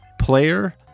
player